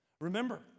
Remember